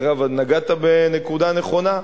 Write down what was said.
דרך אגב, נגעת בנקודה נכונה.